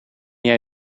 jij